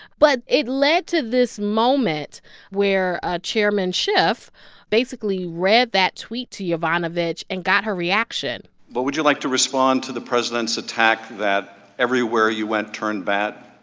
but it led to this moment where chairman schiff basically read that tweet to yovanovitch and got her reaction but would you like to respond to the president's attack that everywhere you went turned bad?